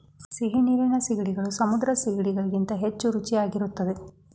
ಸಿಹಿನೀರಿನ ಸೀಗಡಿಗಳು ಸಮುದ್ರದ ಸಿಗಡಿ ಗಳಿಗಿಂತ ಹೆಚ್ಚು ರುಚಿಯಾಗಿರುತ್ತದೆ